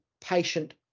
patient